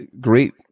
great